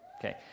Okay